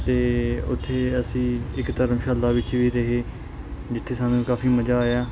ਅਤੇ ਉੱਥੇ ਅਸੀਂ ਇੱਕ ਧਰਮਸ਼ਾਲਾ ਵਿੱਚ ਵੀ ਰਹੇ ਜਿੱਥੇ ਸਾਨੂੰ ਕਾਫ਼ੀ ਮਜ਼ਾ ਆਇਆ